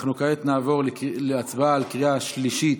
אנחנו כעת נעבור להצבעה בקריאה שלישית,